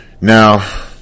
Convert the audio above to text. Now